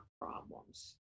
problems